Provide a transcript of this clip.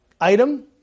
item